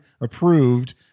approved